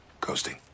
coasting